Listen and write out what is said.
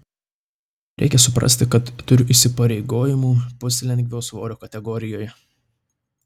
reikia suprasti kad turiu įsipareigojimų puslengvio svorio kategorijoje